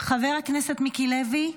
חבר הכנסת מיקי לוי?